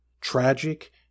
tragic